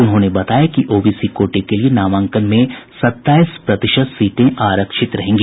उन्होंने बताया कि ओबीसी कोटे के लिये नामांकन में सत्ताईस प्रतिशत सीटें आरक्षित रहेंगी